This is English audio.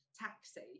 taxi